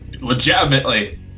legitimately